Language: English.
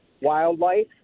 wildlife